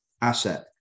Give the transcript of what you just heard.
asset